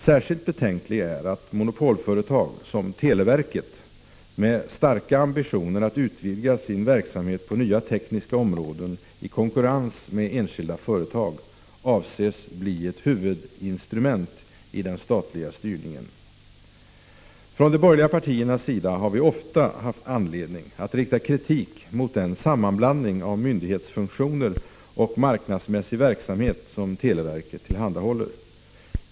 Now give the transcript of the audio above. Särskilt betänkligt är att monopolföretag som televerket, med starka ambitioner att utvidga sin verksamhet på nya tekniska områden i konkurrens med enskilda företag, avses bli ett huvudinstrument i den statliga styrningen. Från de borgerliga partiernas sida har vi ofta haft anledning att rikta kritik mot den sammanblandning av myndighetsfunktioner och marknadsmässig verksamhet som televerket tillhandahåller.